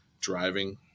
driving